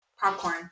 popcorn